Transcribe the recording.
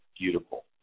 beautiful